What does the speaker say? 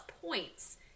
points